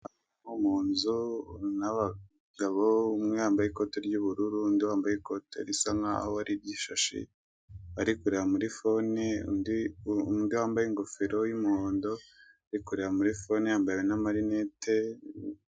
Nko munzu n'abagabo umwe yambaye ikote ry'ubururu undi wambaye ikote risa nkaho ari iry'ishashi, ari kureba muri fone, undi wambaye ingofero y'umuhondo, uri kureba muri fone yambaye n'amarinete.